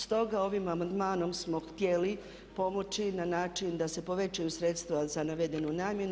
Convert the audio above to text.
Stoga ovim amandmanom smo htjeli pomoći na način da se povećaju sredstva za navedenu namjenu.